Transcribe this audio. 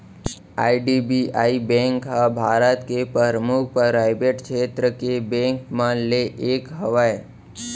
IDBI bank ह भारत के परमुख पराइवेट छेत्र के बेंक मन म ले एक हवय